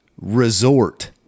resort